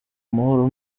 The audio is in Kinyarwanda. amahoro